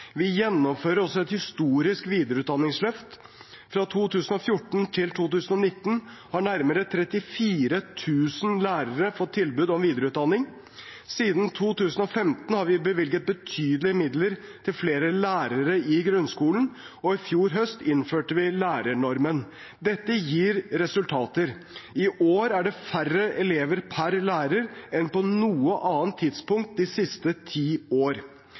Vi gjennomfører også et historisk videreutdanningsløft. Fra 2014 til 2019 har nærmere 34 000 lærere fått tilbud om videreutdanning. Siden 2015 har vi bevilget betydelige midler til flere lærere i grunnskolen, og i fjor høst innførte vi lærernormen. Dette gir resultater. I år er det færre elever per lærer enn på noe annet tidspunkt de siste ti år.